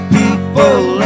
people